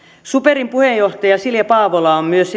superin puheenjohtaja silja paavola on myös